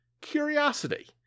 curiosity